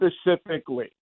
specifically